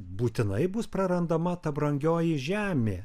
būtinai bus prarandama ta brangioji žemė